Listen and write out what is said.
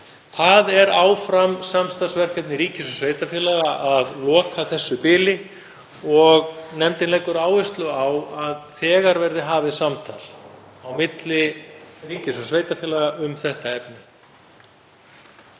Það er áfram samstarfsverkefni ríkis og sveitarfélaga að loka þessu bili. Nefndin leggur áherslu á að þegar verði hafið samtal á milli ríkis og sveitarfélaga um þetta efni.